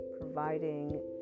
providing